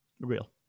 Real